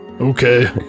Okay